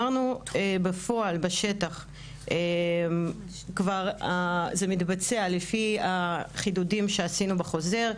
בשטח כבר זה מתבצע לפי החידודים שעשינו בחוזר.